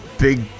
big